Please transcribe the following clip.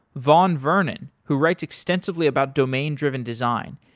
vaugn vernon who writes extensively about domain driven design,